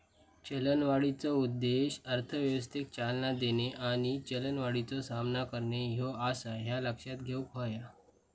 चलनवाढीचो उद्देश अर्थव्यवस्थेक चालना देणे आणि चलनवाढीचो सामना करणे ह्यो आसा, ह्या लक्षात घेऊक हव्या